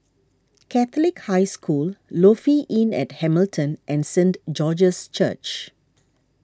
Catholic High School Lofi Inn at Hamilton and Saint George's Church